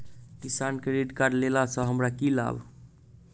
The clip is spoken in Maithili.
किसान क्रेडिट कार्ड लेला सऽ हमरा की लाभ?